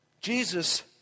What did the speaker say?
Jesus